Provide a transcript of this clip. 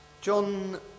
John